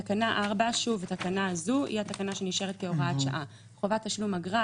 תקנה 4 התקנה הזאת נשארת כהוראת שעה: חובת תשלום אגרה,